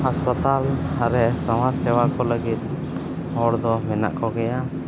ᱦᱟᱥᱯᱟᱛᱟᱞ ᱠᱚᱨᱮ ᱥᱟᱶᱟᱨ ᱥᱮᱵᱟ ᱠᱚ ᱞᱟᱹᱜᱤᱫ ᱦᱚᱲ ᱫᱚ ᱢᱮᱱᱟᱜ ᱠᱚᱜᱮᱭᱟ